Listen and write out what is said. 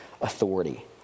authority